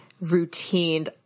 routine